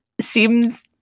seems